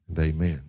amen